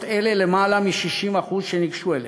אלה למעלה מ-60% מאלה שניגשו אליהן,